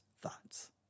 thoughts